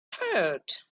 tired